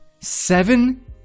Seven